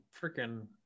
freaking